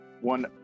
one